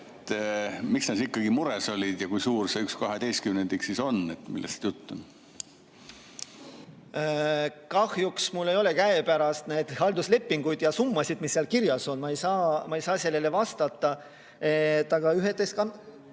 Miks nad ikkagi mures olid? Ja kui suur see 1/12 on, millest jutt on? Kahjuks mul ei ole käepärast neid halduslepinguid ja summasid, mis seal kirjas on, ma ei saa sellele vastata. Aga 1/12